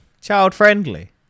child-friendly